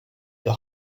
the